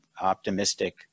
optimistic